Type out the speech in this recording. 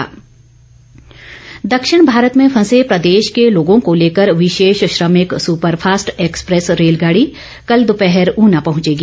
रेलगाड़ी दक्षिण भारत में फंसे प्रदेश के लोगों को लेकर विशेष श्रमिक सुपरफास्ट एक्सप्रेस रेलगाड़ी कल दोपहर ऊना पहंचेगी